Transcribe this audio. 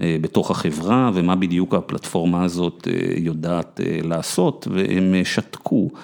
בתוך החברה ומה בדיוק הפלטפורמה הזאת יודעת לעשות והם שתקו.